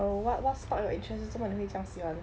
err what what sparked your interest leh 做么你会这样喜欢